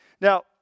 Now